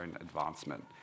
advancement